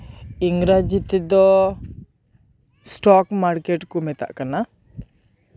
ᱤᱝᱨᱮᱡᱤ ᱛᱮᱫᱚ stock market ᱠᱚ ᱢᱮᱛᱟᱜ ᱠᱟᱱᱟ